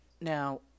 Now